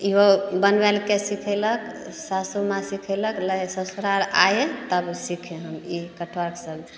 इहो बनबैले के सिखेलक सासुमाँ सिखेलक ले ससुराल आए तब सिखे हैं ई कटहर सबजी